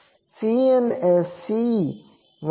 Cn એ C1 C2